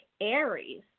Aries